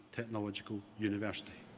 technological university.